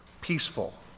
peaceful